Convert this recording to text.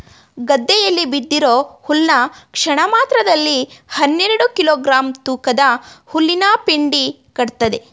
ಗದ್ದೆಯಲ್ಲಿ ಬಿದ್ದಿರೋ ಹುಲ್ನ ಕ್ಷಣಮಾತ್ರದಲ್ಲಿ ಹನ್ನೆರೆಡು ಕಿಲೋ ಗ್ರಾಂ ತೂಕದ ಹುಲ್ಲಿನಪೆಂಡಿ ಕಟ್ತದೆ